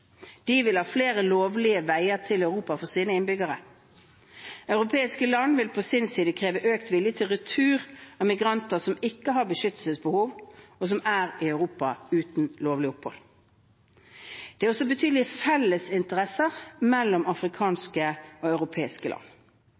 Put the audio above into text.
De vil ha flere lovlige veier til Europa for sine innbyggere. Europeiske land vil på sin side kreve økt vilje til retur av migranter som ikke har beskyttelsesbehov, og som er i Europa uten lovlig opphold. Det er også betydelige fellesinteresser mellom afrikanske og europeiske land.